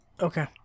Okay